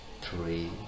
three